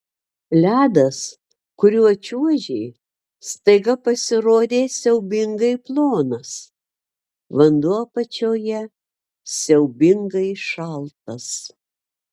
ledas kuriuo čiuožė staiga pasirodė siaubingai plonas vanduo apačioje siaubingai šaltas